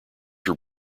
were